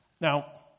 Now